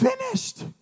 finished